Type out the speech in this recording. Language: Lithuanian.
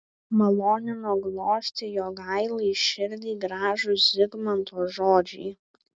malonino glostė jogailai širdį gražūs zigmanto žodžiai